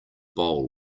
bowl